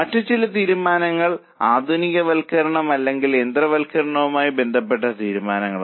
മറ്റു ചില തീരുമാനങ്ങൾ ആധുനികവൽക്കരണം അല്ലെങ്കിൽ യന്ത്രവൽക്കരണവുമായി ബന്ധപ്പെട്ട തീരുമാനങ്ങളാണ്